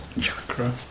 Chakra